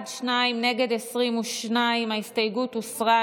שניים, נגד, 22. ההסתייגות הוסרה.